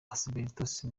asibesitosi